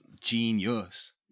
genius